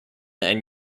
and